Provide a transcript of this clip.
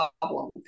problem